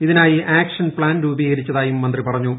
ഇതിനായി action plan രൂപീകരിച്ചതായും മന്ത്രി പറഞ്ഞു